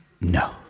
No